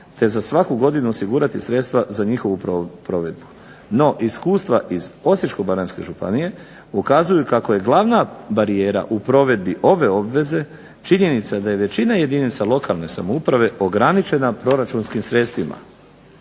te za svaku godinu osigurati sredstva za njihovu provedbu. No iskustva iz Osječko-baranjske županije ukazuju kako je glavna barijera u provedbi ove obveze činjenica da je većina jedinica lokalne samouprave ograničena proračunskim sredstvima.